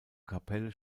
kapelle